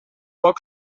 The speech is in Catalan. poc